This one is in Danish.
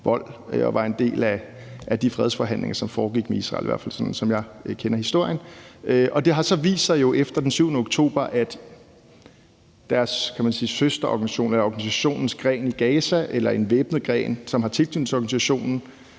og var en del af de fredsforhandlinger, som foregik med Israel – i hvert fald sådan som jeg kender historien. Det har jo så vist sig efter den 7. oktober, at deres søsterorganisation eller organisationens gren i Gaza eller en væbnet gren, som har tilknytning til organisationen,